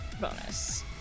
Bonus